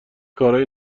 کارای